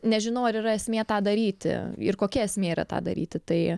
nežinau ar yra esmė tą daryti ir kokia esmė yra tą daryti tai